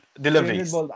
deliveries